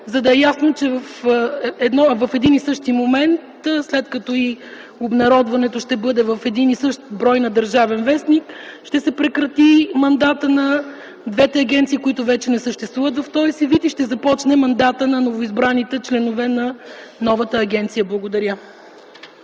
за да е ясно, че в един и същи момент, след като и обнародването ще бъде в един и същи брой на „Държавен вестник”, ще се прекрати мандатът на двете агенции, които вече не съществуват в тоя си вид, и ще се започне мандатът на новоизбраните членове на новата агенция. Благодаря.